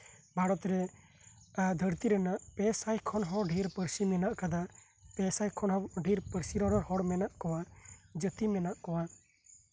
ᱵᱷᱟᱨᱚᱛ ᱨᱮ ᱫᱷᱟᱨᱛᱤ ᱨᱮᱱᱟᱜ ᱯᱮ ᱥᱟᱭ ᱠᱷᱚᱱ ᱦᱚᱸ ᱫᱷᱮᱨ ᱯᱟᱨᱥᱤ ᱢᱮᱱᱟᱜ ᱟᱠᱟᱫᱟ ᱯᱮ ᱥᱟᱭ ᱠᱷᱚᱱ ᱦᱚᱸ ᱫᱷᱮᱨ ᱯᱟᱨᱥᱤ ᱨᱚᱨᱚᱲ ᱨᱮᱱ ᱦᱚᱲ ᱢᱮᱱᱟᱜ ᱠᱚᱣᱟ ᱡᱟᱹᱛᱤ ᱢᱮᱱᱟᱜ ᱠᱚᱣᱟ